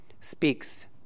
speaks